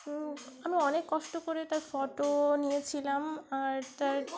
আমি অনেক কষ্ট করে তার ফটো নিয়েছিলাম আর তার